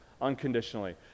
unconditionally